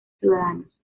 ciudadanos